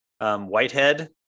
whitehead